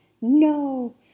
no